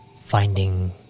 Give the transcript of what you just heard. finding